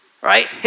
Right